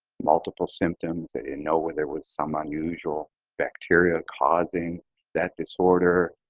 multiple symptoms, they didn't know when there were some unusual bacteria causing that disorder.